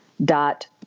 dot